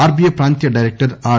RBI ప్రాంతీయ director are